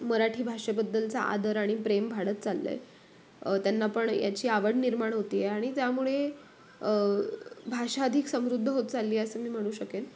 मराठी भाषेबद्दलचा आदर आणि प्रेम वाढत चाललं आहे त्यांना पण याची आवड निर्माण होते आहे आणि त्यामुळे भाषा अधिक समृद्ध होत चालली आहे असं मी म्हणू शकेन